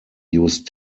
use